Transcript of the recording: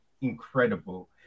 incredible